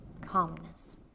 calmness